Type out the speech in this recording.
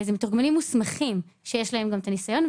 אלו מתורגמנים מוסמכים שיש להם גם את הניסיון,